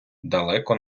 далеко